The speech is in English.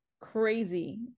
crazy